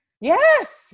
yes